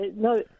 No